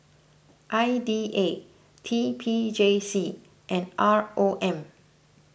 I D A T P J C and R O M